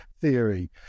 theory